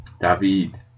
David